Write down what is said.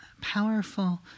powerful